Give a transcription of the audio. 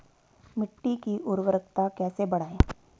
मिट्टी की उर्वरकता कैसे बढ़ायें?